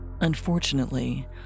Unfortunately